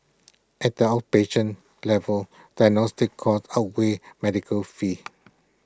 at the outpatient level diagnostic costs outweighed medical fees